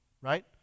right